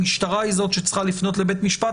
המשטרה היא זאת שצריכה לפנות לבית משפט,